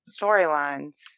storylines